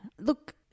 Look –